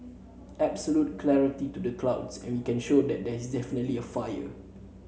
absolute clarity through the clouds and we can show that there is definitely a fire